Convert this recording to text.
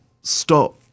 stop